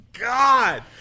God